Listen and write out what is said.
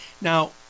Now